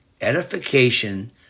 edification